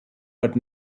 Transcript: but